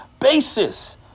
basis